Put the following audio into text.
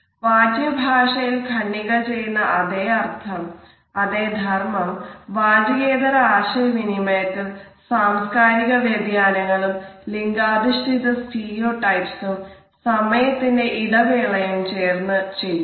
വാച്യ ഭാഷയിൽ ഖണ്ഡിക ചെയ്യുന്ന അതേ ധർമ്മം വാചികേതര ആശയവിനിമയത്തിൽ സാംസ്കാരിക വ്യതിയാനങ്ങളും ലിംഗാധിഷ്ഠിത സ്റ്റീരിയോടൈപ്പ്സും സമയത്തിന്റെ ഇടവേളയും ചേർന്നു ചെയ്യുന്നു